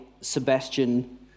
Sebastian